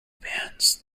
pants